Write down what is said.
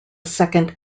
second